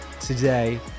today